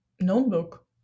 notebook